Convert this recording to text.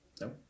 No